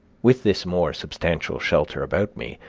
with this more substantial shelter about me,